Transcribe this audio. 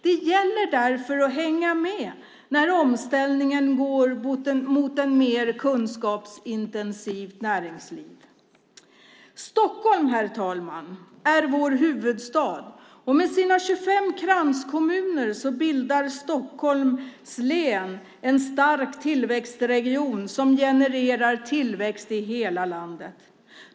Det gäller därför att hänga med när omställningen går mot ett mer kunskapsintensivt näringsliv. Stockholm är vår huvudstad. Med sina 25 kranskommuner bildar Stockholms län en stark tillväxtregion som genererar tillväxt i hela landet.